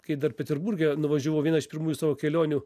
kai dar peterburge nuvažiavau į vieną iš pirmųjų savo kelionių